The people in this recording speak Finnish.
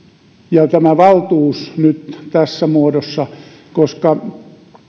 ja tämä valtuus nyt tässä muodossa koska